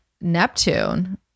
neptune